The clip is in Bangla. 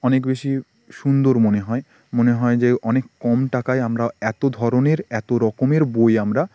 অনেক বেশি সুন্দর মনে হয় মনে হয় যে অনেক কম টাকায় আমরা এত ধরনের এত রকমের বই আমরা